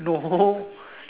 no